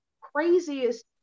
craziest